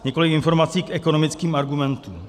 Několik informací k ekonomickým argumentům.